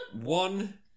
one